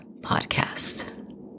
Podcast